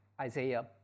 Isaiah